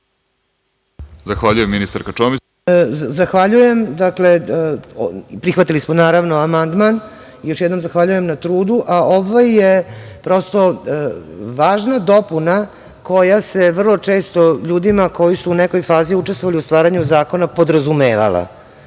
Zahvaljujem. Reč ima ministarka. **Gordana Čomić** Zahvaljujem. Prihvatili smo, naravno, amandman. Još jednom zahvaljujem na trudu. A, ovo je prosto važna dopuna koja se vrlo često ljudima koji su u nekoj fazi učestovali u stvaranju zakona podrazumevala.